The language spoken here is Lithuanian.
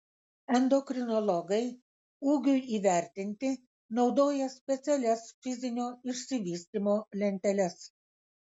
endokrinologai ūgiui įvertinti naudoja specialias fizinio išsivystymo lenteles